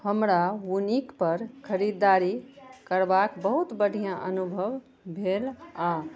हमरा वूनिकपर खरीदारी करबाक बहुत बढ़िआँ अनुभव भेल आओर